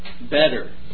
better